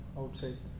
outside